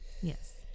Yes